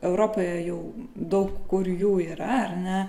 europoje jau daug kur jų yra ar ne